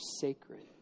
sacred